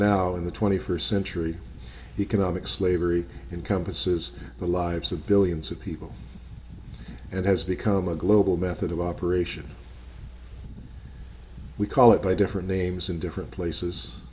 now in the twenty first century economic slavery encompasses the lives of billions of people and has become a global method of operation we call it by different names in different places